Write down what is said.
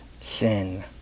sin